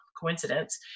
coincidence